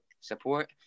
support